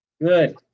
Good